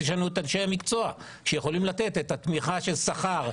יש לנו את אנשי המקצוע שיכולים לתת את התמיכה של שכר,